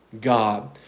God